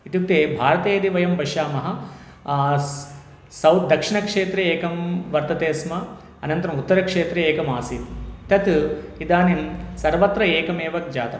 इत्युक्ते भारते यदि वयं पश्यामः स् सौत् दक्षिणक्षेत्रे एकं वर्तते अस्माकम् अनन्तरम् उत्तरक्षेत्रे एकम् आसीत् तत् इदानीं सर्वत्र एकमेव जातम्